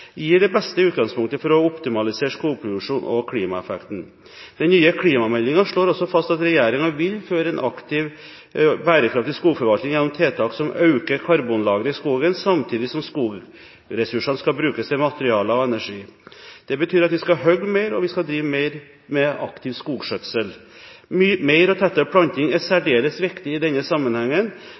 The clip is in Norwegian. gir det beste utgangspunktet for å optimalisere skogproduksjonen og klimaeffekten. Den nye klimameldingen slår også fast at regjeringen vil føre en aktiv, bærekraftig skogforvaltning gjennom tiltak som øker karbonlageret i skogen, samtidig som skogressursene skal brukes til materialer og energi. Det betyr at vi skal hogge mer, og at vi skal drive mer med aktiv skogskjøtsel. Mer og tettere planting er særdeles viktig i denne sammenhengen.